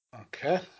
Okay